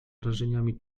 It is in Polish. wrażeniami